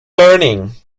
learning